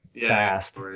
fast